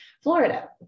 Florida